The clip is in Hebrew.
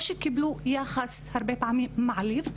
או שקיבלו יחס הרבה פעמים מעליב,